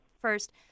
first